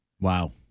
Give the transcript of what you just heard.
Wow